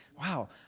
Wow